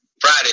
Friday